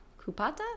Kupata